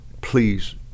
please